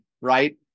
right